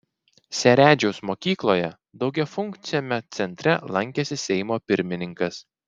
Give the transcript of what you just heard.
seredžiaus mokykloje daugiafunkciame centre lankėsi seimo pirmininkas